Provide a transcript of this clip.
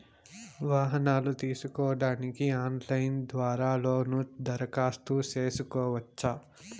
వాహనాలు తీసుకోడానికి ఆన్లైన్ ద్వారా లోను దరఖాస్తు సేసుకోవచ్చా?